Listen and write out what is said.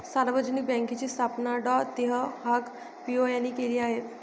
सार्वजनिक बँकेची स्थापना डॉ तेह हाँग पिओ यांनी केली आहे